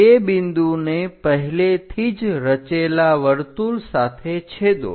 તે બિંદુને પહેલેથી જ રચેલા વર્તુળ સાથે છેદો